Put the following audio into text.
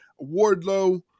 Wardlow